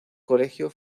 colegio